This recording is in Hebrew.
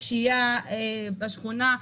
לפשיעה בשכונה.